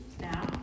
now